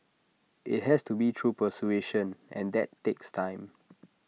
IT has to be through persuasion and that takes time